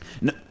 No